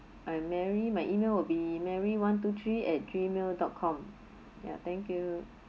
I'm mary my email will be mary one two three at G mail dot com ya thank you